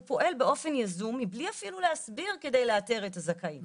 הוא פועל באופן יזום מבלי אפילו להסביר על מנת לאתר את הזכאים,